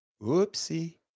Whoopsie